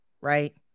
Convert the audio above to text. right